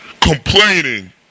complaining